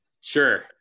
sure